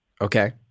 Okay